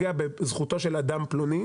פוגע בזכותו של אדם פלוני,